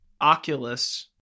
Oculus